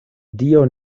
dio